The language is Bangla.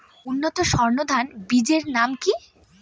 উন্নত সর্ন ধান বীজের নাম কি?